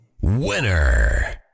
Winner